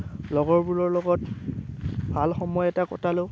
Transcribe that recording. লগৰবোৰৰ লগত ভাল সময় এটা কটালোঁ